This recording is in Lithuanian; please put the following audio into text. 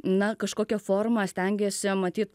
na kažkokia forma stengėsi matyt